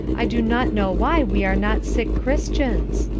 i do not know why we are not sick christians?